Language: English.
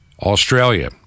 Australia